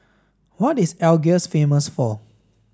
what is Algiers famous for